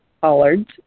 collards